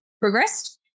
progressed